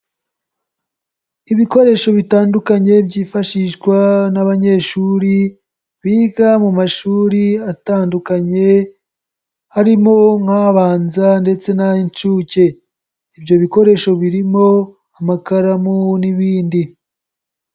Ibikoresho bitandukanye byifashishwa n'abanyeshuri biga mu mashuri atandukanye, harimo nk'abanza ndetse n'ay'inshuke. Ibyo bikoresho birimo amakaramu n'ibindi.